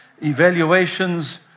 evaluations